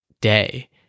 day